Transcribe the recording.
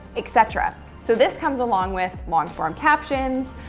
etc? so this comes along with long form captions,